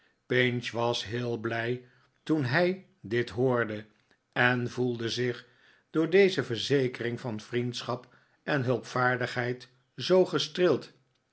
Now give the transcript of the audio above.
pinch was heel blij toen hij dit hoorde en voelde zich door deze verzekering van vriendschap en hulpvaardigheid zoo gestreeld